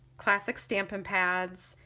classic stampin' pads,